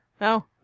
No